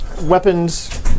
weapons